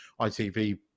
ITV